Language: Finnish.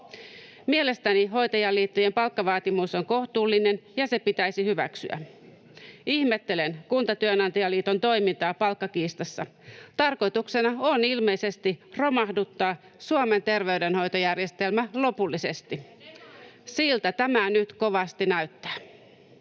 Mielestäni hoitajaliittojen palkkavaatimus on kohtuullinen, ja se pitäisi hyväksyä. Ihmettelen Kuntatyönantajien toimintaa palkkakiistassa. Tarkoituksena on ilmeisesti romahduttaa Suomen terveydenhoitojärjestelmä lopullisesti. [Sanna Antikainen: